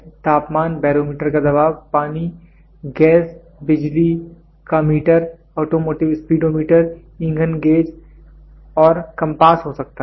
यह तापमान बैरोमीटर का दबाव पानी गैस बिजली का मीटर ऑटोमोटिव स्पीडोमीटर ईंधन गेज और कम्पास हो सकता है